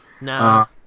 No